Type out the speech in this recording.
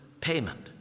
payment